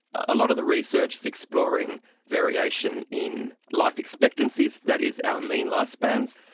a lot of the research is exploring variation in life expectancies, that is our mean life spans,